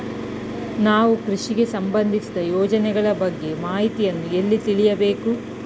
ನಾವು ಕೃಷಿಗೆ ಸಂಬಂದಿಸಿದ ಯೋಜನೆಗಳ ಬಗ್ಗೆ ಮಾಹಿತಿಯನ್ನು ಎಲ್ಲಿ ತಿಳಿಯಬೇಕು?